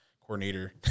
coordinator